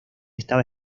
estaba